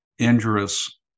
injurious